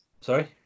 Sorry